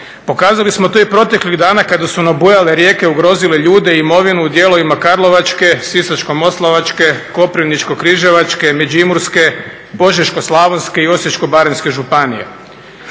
Pokazali smo to i proteklih dana kada su nabujale rijeke ugrozile ljude i imovinu u dijelovima Karlovačke, Sisačko-moslavačke, Koprivničko-križevačke, Međimurske, Požeško-slavonske i Osječko-baranjske županije.